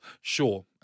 sure